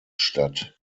statt